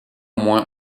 moins